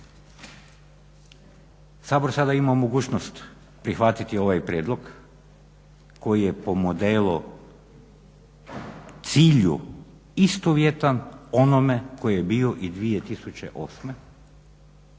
Sabor sada ima mogućnost prihvatiti ovaj prijedlog koji je po modelu, cilju istovjetan onome koji je bio i 2008.